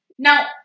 Now